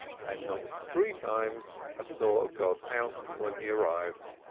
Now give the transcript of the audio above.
and knocked three times at the door of god's house when he arrived.